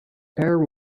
air